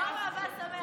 יום אהבה שמח.